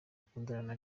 akundana